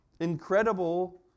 incredible